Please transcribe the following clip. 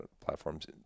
platforms